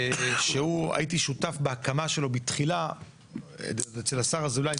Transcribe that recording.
הייתי שותף בהקמה שלו בתחילה אצל השר אזולאי,